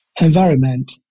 environment